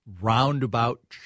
roundabout